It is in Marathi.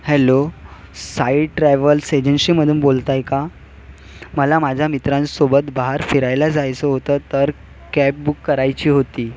हॅलो साई ट्रॅव्हल्स एजन्शीमधून बोलताय का मला माझ्या मित्रांसोबत बाहेर फिरायला जायचं होतं तर कॅब बुक करायची होती